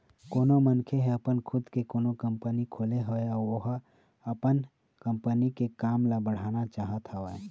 कोनो मनखे ह अपन खुद के कोनो कंपनी खोले हवय अउ ओहा अपन कंपनी के काम ल बढ़ाना चाहत हवय